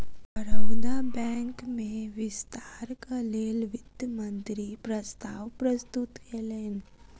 Baroda bank में विस्तारक लेल वित्त मंत्री प्रस्ताव प्रस्तुत कयलैन